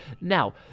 Now